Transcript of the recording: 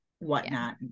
whatnot